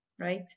right